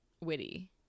witty